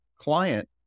client